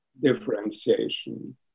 differentiation